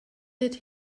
did